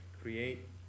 create